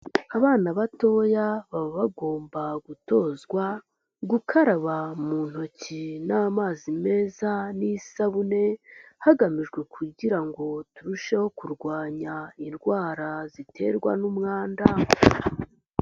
Abana batoya baba bagomba gutozwa gukaraba mu ntoki n'amazi meza n'isabune, hagamijwe kugira ngo turusheho kurwanya indwara ziterwa n'umwanda.